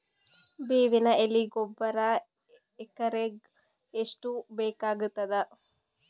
ಬೇವಿನ ಎಲೆ ಗೊಬರಾ ಎಕರೆಗ್ ಎಷ್ಟು ಬೇಕಗತಾದ?